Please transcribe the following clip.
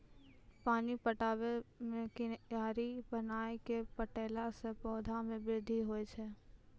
पानी पटाबै मे कियारी बनाय कै पठैला से पौधा मे बृद्धि होय छै?